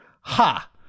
Ha